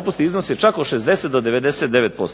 popusti iznose čak od 60 do 99%.